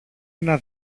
ένα